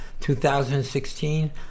2016